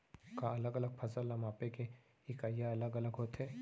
का अलग अलग फसल ला मापे के इकाइयां अलग अलग होथे?